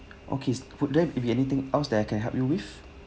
okay would there be anything else that I can help you with